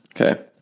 Okay